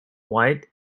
white